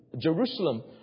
Jerusalem